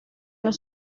los